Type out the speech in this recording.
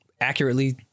accurately